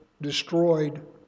destroyed